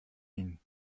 ihnen